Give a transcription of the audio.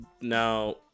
Now